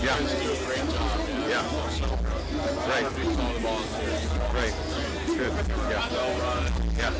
yeah yeah right right right ye